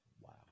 Wow